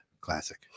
Classic